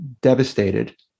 devastated